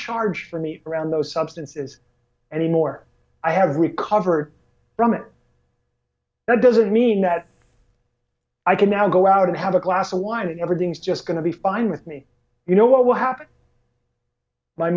charge for me around those substances and the more i have recovered from it that doesn't mean that i can now go out and have a glass of wine and everything's just going to be fine with me you know what will happen my